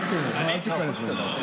אל תיכנס לזה.